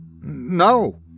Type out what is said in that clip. No